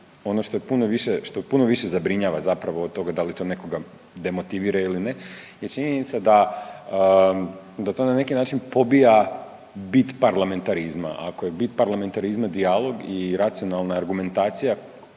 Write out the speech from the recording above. ono što puno više zabrinjava zapravo od toga da li to nekoga demotivira ili ne je činjenica da to na neki način pobija bit parlamentarizma. Ako je bit parlamentarizma dijalog i racionalna argumentacija